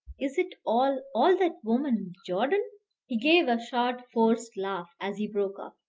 is it all all that woman jordan? he gave a short, forced laugh as he broke off,